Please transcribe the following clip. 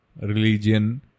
religion